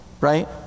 Right